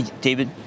David